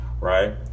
Right